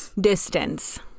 distance